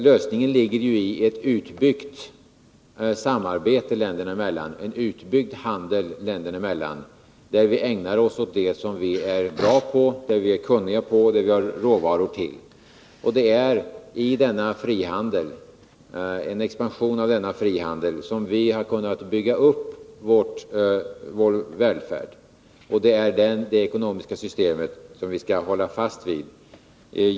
Lösningen ligger ju i ett utbyggt samarbete och en utbyggd handel länderna emellan, där vi ägnar oss åt sådant som vi är bra på, har kunskap om och har råvaror till. Det är i en expansion av denna frihandel som vi har kunnat bygga upp vår välfärd, och det är detta ekonomiska system som vi skall hålla fast vid.